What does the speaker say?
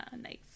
Nice